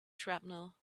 shrapnel